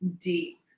deep